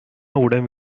உடுத்த